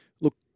look